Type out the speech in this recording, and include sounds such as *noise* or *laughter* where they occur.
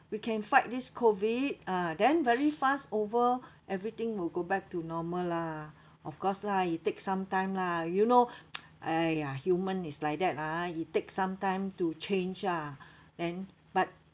we can fight this COVID ah then very fast over everything will go back to normal lah of course lah it take some time lah you know *noise* !aiya! human is like that ah it take some time to change ah and but